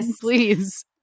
Please